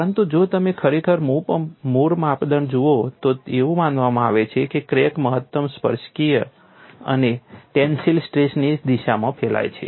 પરંતુ જો તમે ખરેખર મૂળ માપદંડ જુઓ તો એવું માનવામાં આવે છે કે ક્રેક મહત્તમ સ્પર્શકીય અથવા ટેન્સિલ સ્ટ્રેસની દિશામાં ફેલાય છે